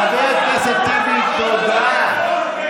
חבר הכנסת טיבי, תודה.